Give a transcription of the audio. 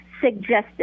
suggested